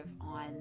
on